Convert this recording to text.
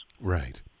Right